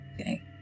Okay